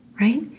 right